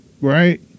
Right